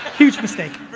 huge mistake,